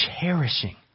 cherishing